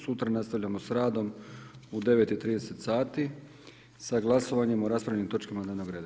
Sutra nastavljamo s radom u 9,30 sati sa glasovanjem o raspravljenim točkama dnevnog reda.